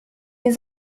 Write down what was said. nie